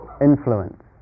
influence